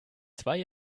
zwei